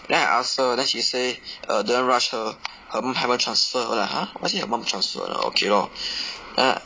then I ask her then she say err don't rush her her mum haven't transfer her then I !huh! why is it her mum transfer then okay lor